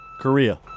Korea